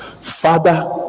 Father